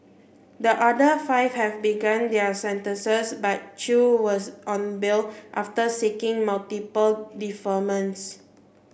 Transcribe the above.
the other five have begun their sentences but Chew was on bail after seeking multiple deferments